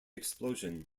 explosion